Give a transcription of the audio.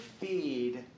feed